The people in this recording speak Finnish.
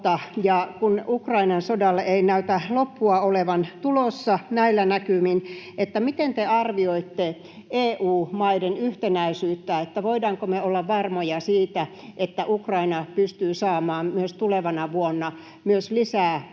Kun Ukrainan sodalle ei näytä loppua olevan tulossa näillä näkymin, miten te arvioitte EU-maiden yhtenäisyyttä? Voidaanko me olla varmoja siitä, että Ukraina pystyy saamaan myös tulevana vuonna lisää näitä